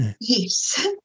Yes